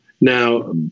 Now